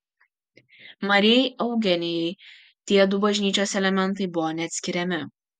marijai eugenijai tiedu bažnyčios elementai buvo neatskiriami